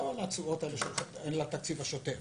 לא על התשואות שהן לתקציב השוטף.